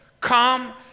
come